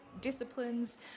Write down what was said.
disciplines